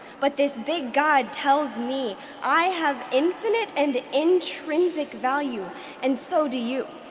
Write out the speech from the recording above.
but this big god tells me i have infinite and intrinsic value and so do you.